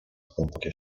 głębokie